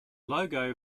logo